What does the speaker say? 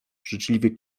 życzliwie